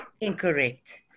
Incorrect